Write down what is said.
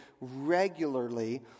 regularly